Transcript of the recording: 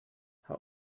how